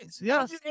Yes